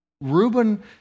Reuben